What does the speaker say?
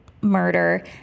murder